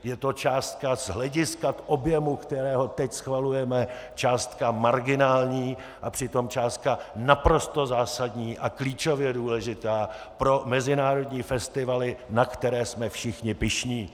Je to částka z hlediska objemu, který dnes schvalujeme, marginální, a přitom částka naprosto zásadní a klíčově důležitá pro mezinárodní festivaly, na které jsme všichni pyšní!